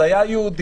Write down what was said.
אז היה יהודי,